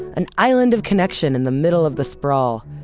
an island of connection in the middle of the sprawl.